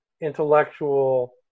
intellectual